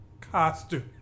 costume